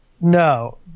no